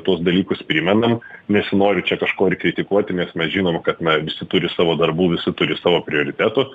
tuos dalykus primenam nesinori čia kažko ir kritikuoti nes mes žinome kad na visi turi savo darbų visi turi savo prioritetų